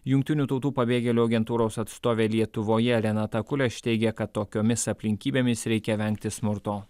jungtinių tautų pabėgėlių agentūros atstovė lietuvoje renata kuleš teigia kad tokiomis aplinkybėmis reikia vengti smurto